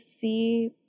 see